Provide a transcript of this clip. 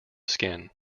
skin